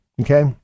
Okay